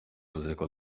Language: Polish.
tylko